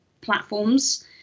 platforms